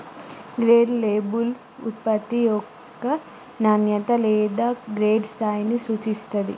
grade label ఉత్పత్తి యొక్క నాణ్యత లేదా గ్రేడ్ స్థాయిని సూచిత్తాంది